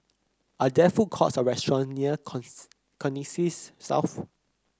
are there food courts or restaurants near Connexis South